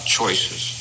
choices